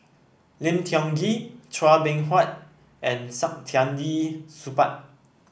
Lim Tiong Ghee Chua Beng Huat and Saktiandi Supaat